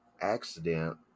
accident